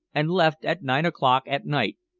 and left at nine o'clock at night,